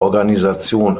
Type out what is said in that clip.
organisation